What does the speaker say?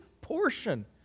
portion